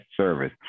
service